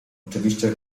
oczywiście